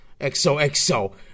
XOXO